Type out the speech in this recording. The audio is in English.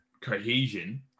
cohesion